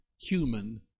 human